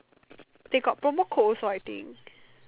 they got promo code also I think